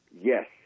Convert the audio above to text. Yes